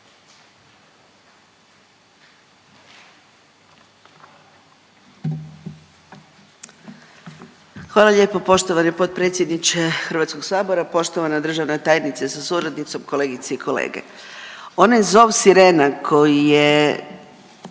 Hvala lijepo poštovani potpredsjedniče Hrvatskog sabora, poštovana državna tajnice sa suradnicom, kolegice i kolege. Onaj zov sirene koji je